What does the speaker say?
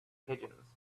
pigeons